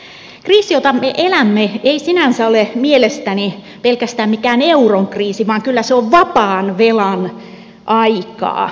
kriisi jota me elämme ei sinänsä ole mielestäni pelkästään mikään euron kriisi vaan kyllä se on vapaan velan aikaa